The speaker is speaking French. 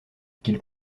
qu’il